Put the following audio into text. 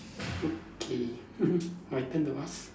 okay my turn to ask